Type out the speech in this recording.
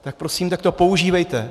Tak prosím, tak to používejte.